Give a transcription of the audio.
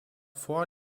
vor